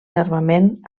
armament